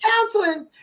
Counseling